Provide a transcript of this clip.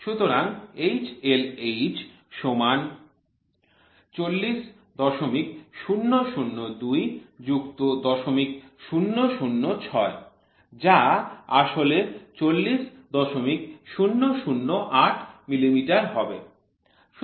সুতরাং HLH সমান ৪০০০২ যুক্ত ০০০৬ যা আসলে ৪০০০৮ মিলিমিটার হবে